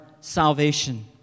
salvation